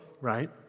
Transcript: right